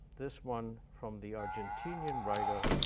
this one from the argentinian writer,